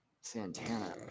Santana